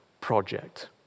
project